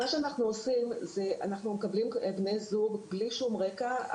מה שאנחנו עושים, אנחנו מקבלים בני זוג בלי רקע.